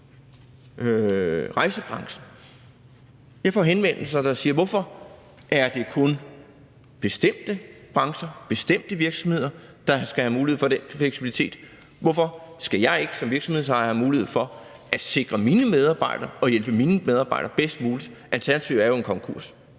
rejsebranchen. Vi får henvendelser, hvor man siger: Hvorfor er det kun bestemte brancher, bestemte virksomheder, der skal have mulighed for den fleksibilitet; hvorfor skal jeg ikke som virksomhedsejer have mulighed for at sikre mine medarbejdere og hjælpe mine medarbejdere bedst muligt? Alternativet er jo en konkurs.